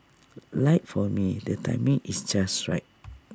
like for me the timing is just right